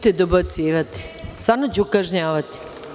Nemojte dobacivati, stvarno ću kažnjavati.